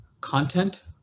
content